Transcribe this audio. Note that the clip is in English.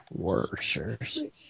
Worshers